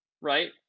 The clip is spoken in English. Right